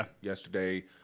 yesterday